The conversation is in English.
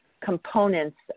components